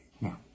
Now